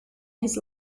his